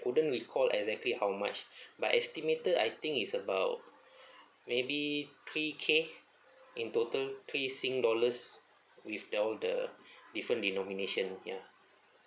couldn't recall exactly how much but estimated I think is about maybe three K in total three sing dollars with the all the different denomination ya